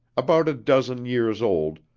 about a dozen years old,